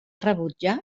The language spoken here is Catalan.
rebutjar